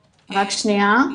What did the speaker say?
שלום.